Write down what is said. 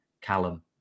callum